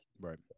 Right